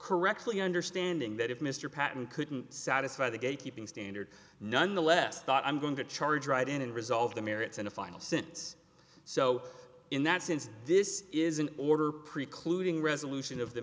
correctly understanding that if mr patten couldn't satisfy the gatekeeping standard none the less thought i'm going to charge right in and resolve the merits in a final sentence so in that sense this is an order precluding resolution of the